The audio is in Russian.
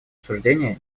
обсуждения